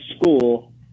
school